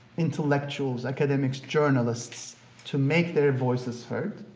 intellectuals, academics, journalists to make their voices heard,